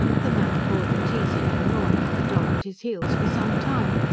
the man bore the teazing and gnawing of the dog at his heels for some time,